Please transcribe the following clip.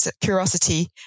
curiosity